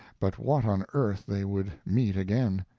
but what on earth they would meet again.